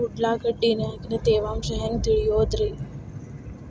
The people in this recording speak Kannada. ಉಳ್ಳಾಗಡ್ಯಾಗಿನ ತೇವಾಂಶ ಹ್ಯಾಂಗ್ ತಿಳಿಯೋದ್ರೇ?